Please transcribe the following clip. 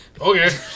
Okay